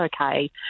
okay